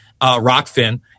Rockfin